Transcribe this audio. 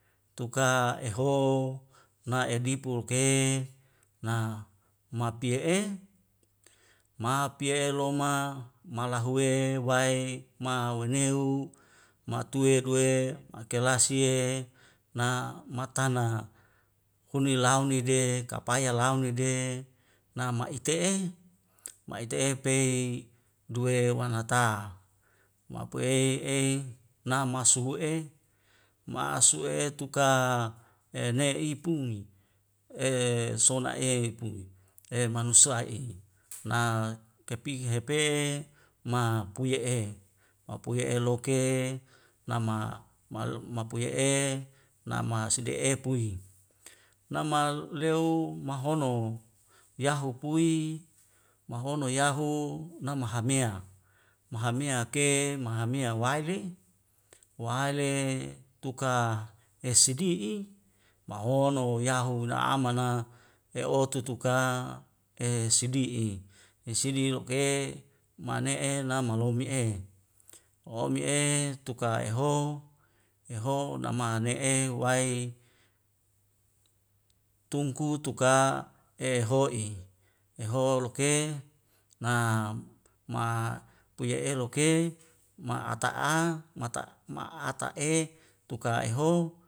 Tuka eho na e dipur ke na ma pie e ma pie e loma malahuwe wae ma wuneu matue duwe makelasie na matana hune lau nede kapaya lau nede na ma ite'e ma ite'e pei duwe wanata ma pu ei ei na masu'e masu'e tuka e nei i pui e sona'e i pui e manoso'a e na kepi hehepe ma puye'e mapuye'e eloke nama ma mapuye'e nama side'e pui. nama leo mahono yahu pui mahono yahu namaha mea mahamea ke mahamea waili wai le tuka hesedi'i mahono ya huna aman na ya otutuk ka e sidi'i sidi lok'e mane e namalomi e omi e tuka eho eho nama ne'e wai tungku tuka eho'i eho loke na ma puye eloke ma ata a mata ma ata e tuka eho